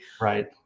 Right